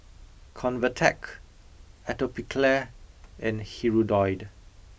Convatec Atopiclair and Hirudoid